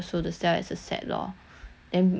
and people more willing to buy also